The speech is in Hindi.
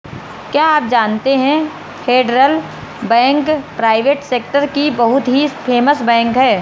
क्या आप जानते है फेडरल बैंक प्राइवेट सेक्टर की बहुत ही फेमस बैंक है?